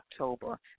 October